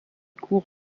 cours